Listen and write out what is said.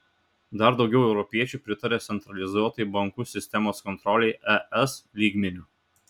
dar daugiau europiečių pritaria centralizuotai bankų sistemos kontrolei es lygmeniu